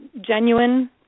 Genuine